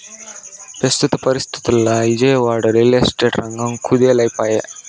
పెస్తుత పరిస్తితుల్ల Vijayawada, real estate రంగం కుదేలై పాయె